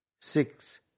six